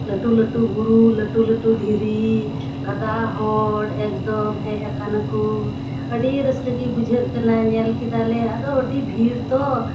ᱞᱟᱹᱴᱩ ᱞᱟᱹᱴᱩ ᱵᱩᱨᱩ ᱞᱟᱹᱴᱩ ᱞᱟᱹᱴᱩ ᱫᱷᱤᱨᱤ ᱜᱟᱫᱟ ᱦᱚᱲ ᱮᱠᱫᱚᱢ ᱦᱮᱡ ᱟᱱᱟᱠᱚ ᱟᱹᱰᱤ ᱨᱟᱹᱥᱠᱟᱹ ᱜᱮ ᱵᱩᱡᱷᱟᱹᱜ ᱠᱟᱱᱟ ᱧᱮᱞ ᱠᱮᱫᱟ ᱞᱮ ᱟᱫᱚ ᱟᱹᱰᱤ ᱵᱷᱤᱲ ᱛᱚ